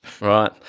Right